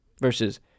versus